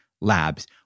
labs